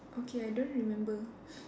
okay I don't remember